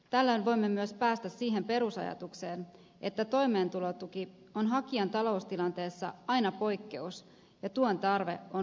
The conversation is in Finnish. tällöin voimme myös päästä siihen perusajatukseen että toimeentulotuki on hakijan taloustilanteessa aina poikkeus ja tuen tarve on lyhytaikaista